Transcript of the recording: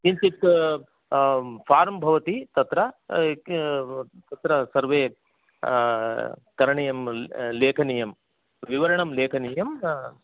किञ्चित् फ़ार्म् भवति तत्र तत्र सर्वं करणीयं लेखनीयं विवरणं लेखनीयम्